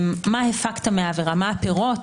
מה הפקת מהעבירה, מה הפירות.